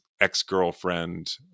ex-girlfriend